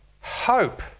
hope